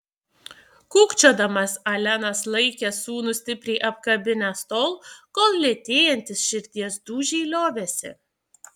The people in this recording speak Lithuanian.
kūkčiodamas alenas laikė sūnų stipriai apkabinęs tol kol lėtėjantys širdies dūžiai liovėsi